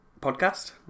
podcast